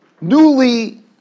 newly